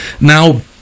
now